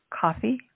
coffee